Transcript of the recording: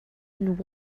and